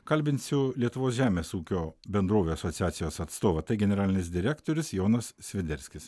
kalbinsiu lietuvos žemės ūkio bendrovių asociacijos atstovą tai generalinis direktorius jonas sviderskis